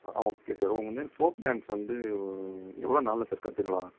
ஆ okay sir உங்கள் மாரி folk dance வந்து எவ்வளோ நாளில் சார் கற்றுக்கலாம்